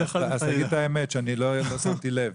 תגיד את האמת שאני לא שמתי לב.